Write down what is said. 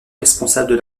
responsable